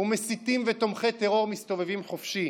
ומסיתים ותומכי טרור מסתובבים חופשי.